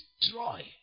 destroy